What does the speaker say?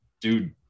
dude